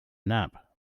nap